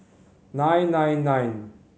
nine nine nine